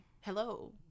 Hello